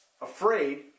afraid